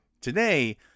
Today